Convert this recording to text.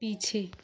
पीछे